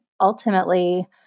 ultimately